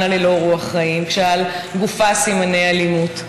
ללא רוח חיים כשעל גופה סימני אלימות,